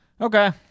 Okay